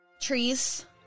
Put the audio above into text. trees